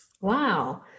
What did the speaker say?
Wow